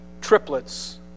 triplets